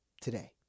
today